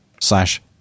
slash